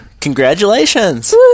Congratulations